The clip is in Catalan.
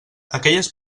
aquelles